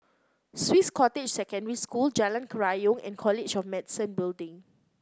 Swiss Cottage Secondary School Jalan Kerayong and College of Medicine Building